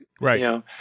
Right